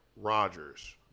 Rodgers